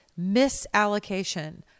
misallocation